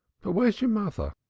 but where's your mother?